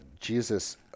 Jesus